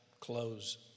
close